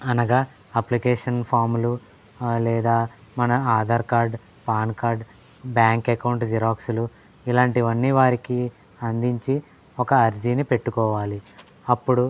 అనగా అప్లికేషన్ ఫాములు లేదా మన Aadhaar card PAN card bank account జిరాక్సులు ఇలాంటివన్నీ వారికి అందించి ఒక అర్జీని పెట్టుకోవాలి అప్పుడు